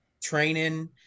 training